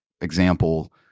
example